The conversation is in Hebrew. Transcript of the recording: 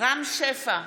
רם שפע,